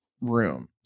room